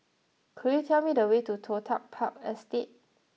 could you tell me the way to Toh Tuck Park Estate